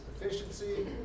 efficiency